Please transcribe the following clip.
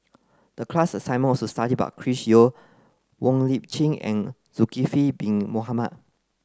the class assignment was to study about Chris Yeo Wong Lip Chin and Zulkifli bin Mohamed